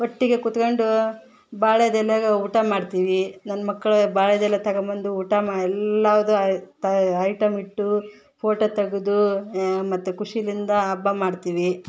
ಒಟ್ಟಿಗೆ ಕುತ್ಕಂಡು ಬಾಳೆದೆಲ್ಯಾಗ ಊಟ ಮಾಡ್ತೀವಿ ನನ್ನ ಮಕ್ಕಳು ಬಾಳೆಯೆಲೆ ತಗೊಂಬಂದು ಊಟ ಮಾ ಎಲ್ಲದು ಐ ತೈ ಐಟಮ್ ಇಟ್ಟು ಫೋಟೊ ತೆಗೆದು ಮತ್ತು ಖುಷಿಯಿಂದ ಹಬ್ಬ ಮಾಡ್ತೀವಿ